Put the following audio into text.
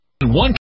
one